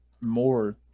more